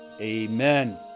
amen